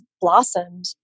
blossomed